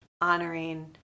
honoring